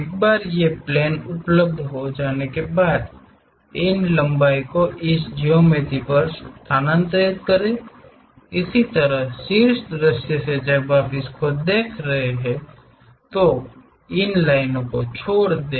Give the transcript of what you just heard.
एक बार ये प्लेन उपलब्ध हो जाने के बाद इन लंबाई को इस ज्यामिति पर स्थानांतरित करें इसी तरह शीर्ष दृश्य से जब आप इसे देख रहे हों तो इन लाइनों को छोड़ दें